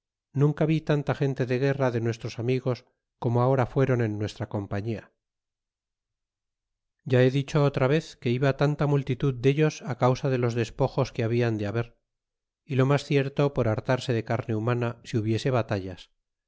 nunca vi tanta gente de guerra de nuestros amigos como ahora fuérou en nuestra compañia ya he dicho otra vez que iba tanta multitud lelos á causa de los despojos que habian de haber y lo mas cierto por hartarse de carne humana si hubiese batallas